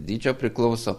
dydžio priklauso